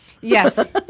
Yes